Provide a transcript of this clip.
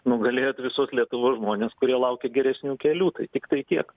nugalėjot visos lietuvos žmones kurie laukė geresnių kelių tai tiktai tiek